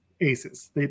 aces